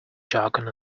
jargon